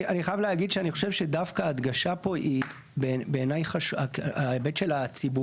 אני חייב להגיד שאני חושב שדווקא ההדגשה פה בעיניי ההיבט הציבורי,